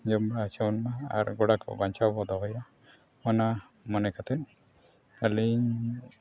ᱡᱚᱢ ᱵᱟᱲᱟ ᱦᱚᱪᱚᱵᱚᱱᱼᱢᱟ ᱟᱨ ᱜᱚᱰᱟ ᱠᱚ ᱵᱟᱧᱪᱟᱣ ᱵᱚᱱ ᱫᱚᱦᱚᱭᱟ ᱚᱱᱟ ᱢᱚᱱᱮ ᱠᱟᱛᱮᱫ ᱟᱹᱞᱤᱧ